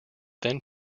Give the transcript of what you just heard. then